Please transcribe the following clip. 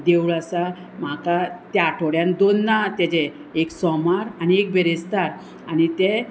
देवूळ आसा म्हाका त्या आठवड्यान दोन ना तेजे एक सोमार आनी एक बेरेस्तार आनी ते